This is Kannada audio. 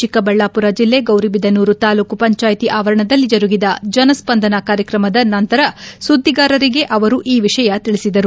ಚಿಕ್ಕಬಳ್ಳಾಪುರ ಜಿಲ್ಲೆ ಗೌರಿಬಿದನೂರು ತಾಲೂಕು ಪಂಚಾಯಿತಿ ಆವರಣದಲ್ಲಿ ಜರುಗಿದ ಜನಸ್ಪಂದನ ಕಾರ್ಯಕ್ರಮದ ನಂತರ ಸುದ್ದಿಗಾರರಿಗೆ ಅವರು ಈ ವಿಷಯ ತಿಳಿಸಿದರು